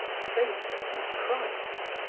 satan and christ,